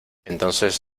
entonces